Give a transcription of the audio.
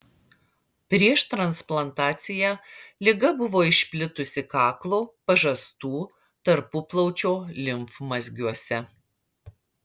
prieš transplantaciją liga buvo išplitusi kaklo pažastų tarpuplaučio limfmazgiuose